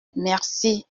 merci